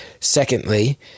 Secondly